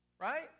Right